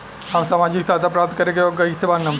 हम सामाजिक सहायता प्राप्त करे के योग्य कइसे बनब?